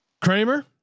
Kramer